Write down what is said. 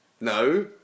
No